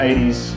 80s